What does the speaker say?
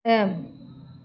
M